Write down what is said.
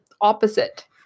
opposite